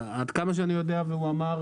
עד כמה שאני יודע והוא אמר,